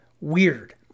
Weird